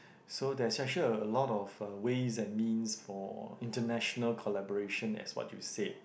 so there's actually a a lot of uh ways and means for international collaboration as what you said